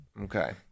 Okay